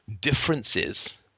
differences